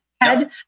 head